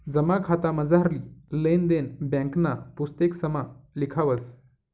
जमा खातामझारली लेन देन ब्यांकना पुस्तकेसमा लिखावस